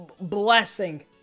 blessing